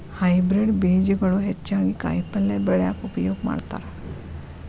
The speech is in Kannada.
ಹೈಬ್ರೇಡ್ ಬೇಜಗಳು ಹೆಚ್ಚಾಗಿ ಕಾಯಿಪಲ್ಯ ಬೆಳ್ಯಾಕ ಉಪಯೋಗ ಮಾಡತಾರ